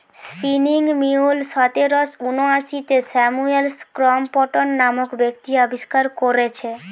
spinning mule সতেরশ ঊনআশিতে Samuel Crompton নামক ব্যক্তি আবিষ্কার কোরেছে